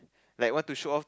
like want to show off